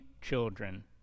children